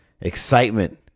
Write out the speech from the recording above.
excitement